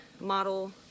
model